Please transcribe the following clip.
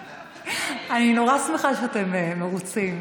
אני נורא שמחה שאתם מרוצים.